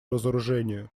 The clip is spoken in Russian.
разоружению